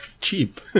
cheap